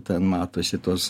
ten matosi tos